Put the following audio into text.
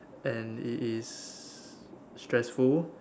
and it is stressful